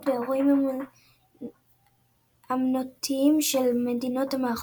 ואירועים אמנותיים של המדינות המארחות.